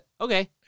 okay